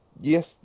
Yes